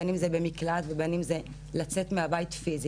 בין אם זה במקלט ובין אם זה לצאת מהבית פיזית